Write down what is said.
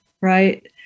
right